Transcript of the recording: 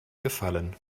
gefallen